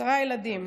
עשרה ילדים